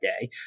day